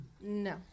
No